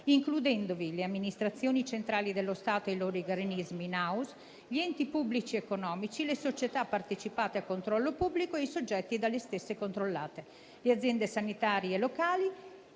includendovi le amministrazioni centrali dello Stato e i loro organismi *in house*, gli enti pubblici economici, le società partecipate a controllo pubblico e i soggetti dalle stesse controllate, le aziende sanitarie locali,